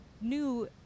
new